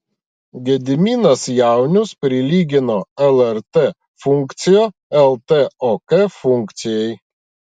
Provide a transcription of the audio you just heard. gediminas jaunius prilygino lrt funkciją ltok funkcijai